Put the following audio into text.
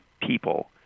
people